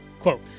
Quote